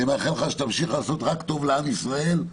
אני מאחל לך שתמשיך לעשות רק טוב לעם ישראל.